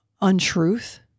untruth